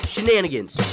Shenanigans